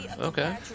Okay